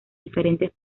diferentes